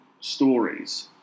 stories